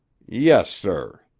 yes, sir.